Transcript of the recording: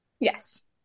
Yes